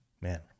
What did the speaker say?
man